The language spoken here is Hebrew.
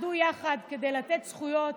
יתאחדו יחד כדי לתת זכויות